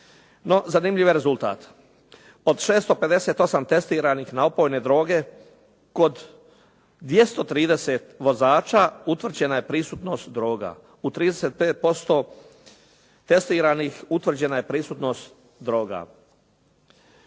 zanimljiv je rezultat od 658 testiranih na opojne droge kod 230 vozača utvrđena je prisutnost droga. U 35% testiranih utvrđena je prisutnost droga.